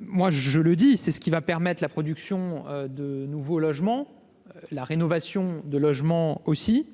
Moi, je le dis, c'est ce qui va permettre la production de nouveaux logements, la rénovation de logements aussi,